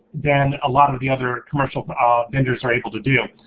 than a lot of the other commercial ah vendors are able to do.